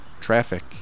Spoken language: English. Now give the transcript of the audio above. Traffic